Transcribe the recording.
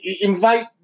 Invite